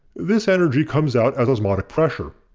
this energy comes out as osmotic pressure.